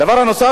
הדבר הנוסף,